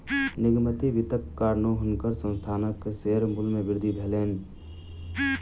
निगमित वित्तक कारणेँ हुनकर संस्थानक शेयर मूल्य मे वृद्धि भेलैन